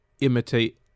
imitate